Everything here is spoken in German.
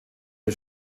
der